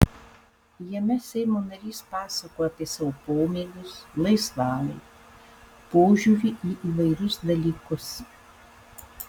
jame seimo narys pasakoja apie savo pomėgius laisvalaikį požiūrį į įvairius dalykus